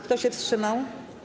Kto się wstrzymał?